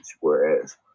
whereas